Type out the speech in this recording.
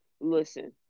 listen